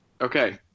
Okay